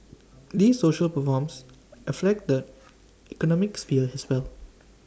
these social reforms affect the economic sphere as well